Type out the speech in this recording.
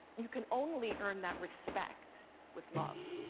you can only earn that respect with love.